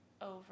over